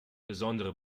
besondere